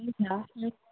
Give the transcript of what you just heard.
हुन्छ